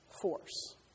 force